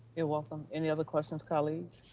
you're welcome, any other questions colleagues?